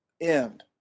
end